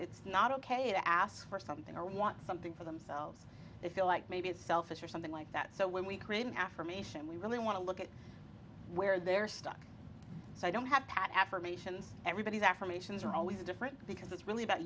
it's not ok to ask for something or want something for themselves they feel like maybe it's selfish or something like that so when we create an affirmation we really want to look at where they're stuck so i don't have pat affirmations everybody's affirmations are always different because it's really about